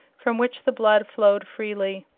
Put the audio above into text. from which the blood flowed freely.